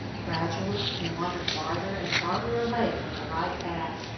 gradually he wandered farther and farther away from the right path,